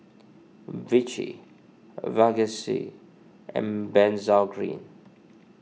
Vichy Vagisil and Benzac Cream